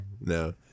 no